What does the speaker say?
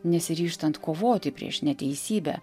nesiryžtant kovoti prieš neteisybę